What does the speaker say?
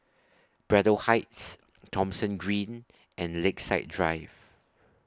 Braddell Heights Thomson Green and Lakeside Drive